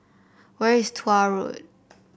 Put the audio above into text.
where is Tuah Road